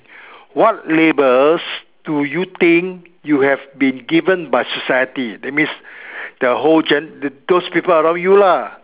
what labels do you think you have been given by society that means the whole gen~ those people around you lah